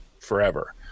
forever